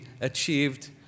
achieved